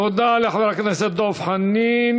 תודה לחבר הכנסת דב חנין.